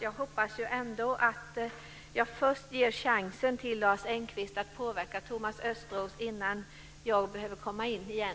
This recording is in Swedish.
Jag vill ändå först ge chansen till Lars Engqvist att påverka Thomas Östros innan jag behöver komma igen.